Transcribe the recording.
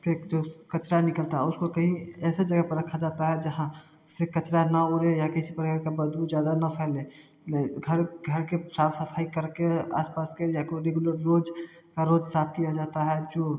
जो कचरा निकलता है उसको कहीं ऐसे जगह पर रखा जाता है जहाँ से कचरा ना उड़े या किसी प्रकार का बदबू ज्यादा न फैले घर के साफ़ सफाई करके आसपास के जगह हो रेगुलर रोज साफ़ किया जाता है जो